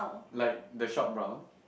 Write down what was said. like the shop brown